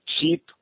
cheap